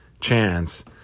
chance